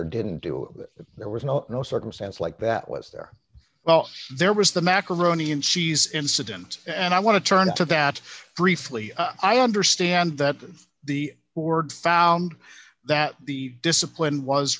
or didn't do that there was no circumstance like that was there well there was the macaroni and cheese incident and i want to turn to that briefly i understand that the board found that the discipline was